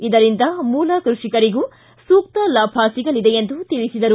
ಇದರಿಂದ ಮೂಲ ಕೃಷಿಕರಿಗೂ ಸೂಕ್ತ ಲಾಭ ಸಿಗಲಿದೆ ಎಂದು ತಿಳಿಸಿದರು